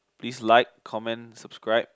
please like comment subscribe